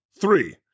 Three